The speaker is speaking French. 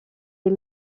les